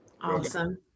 Awesome